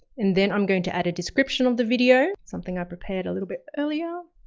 and then i'm going to add a description of the video, something i prepared a little bit earlier.